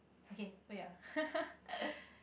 okay wait uh